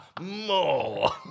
More